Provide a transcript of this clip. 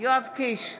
יואב קיש,